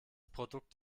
produkt